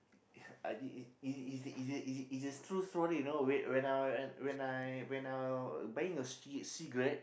uh is is is is the true story you know when when I when I when I buying a ci~ cigarette